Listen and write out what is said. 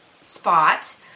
spot